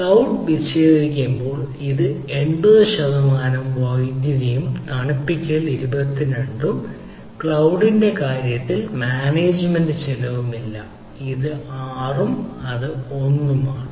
cloud വിച്ഛേദിക്കുമ്പോൾ ഇത് 80 ശതമാനം വൈദ്യുതിയും തണുപ്പിക്കൽ 22 ഉം ഒരു ക്ളൌഡ്ന്റെ കാര്യത്തിൽ മണിക്കൂറിൽ മാനേജുമെന്റ് ചെലവും ഇല്ല അത് 6 ഉം അത് 1 ഉം ആണ്